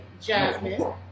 Jasmine